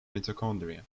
mitochondria